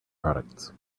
products